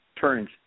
turns